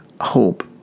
hope